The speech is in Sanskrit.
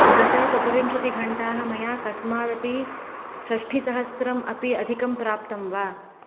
गत चतुर्विंशतिघण्टाः मया कस्मादपि षष्टिसहस्रम् अपि अधिकं प्राप्तं वा